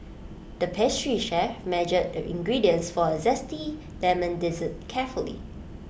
the pastry chef measured the ingredients for A Zesty Lemon Dessert carefully